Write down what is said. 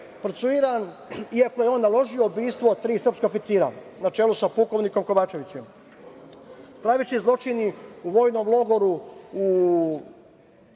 procesiuran, iako je on naložio ubistvo tri srpska oficira, na čelu sa pukovnikom Kovačevićem. Najveći zločini u vojnom logoru u